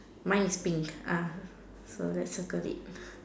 mine is pink uh so let's circle it